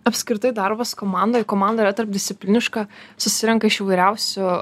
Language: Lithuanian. apskritai darbas komandoj komanda yra tarpdiscipliniška susirenka iš įvairiausių